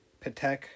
Patek